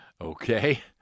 Okay